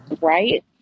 Right